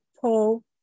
pull